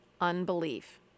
unbelief